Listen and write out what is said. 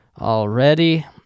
already